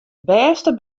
bêste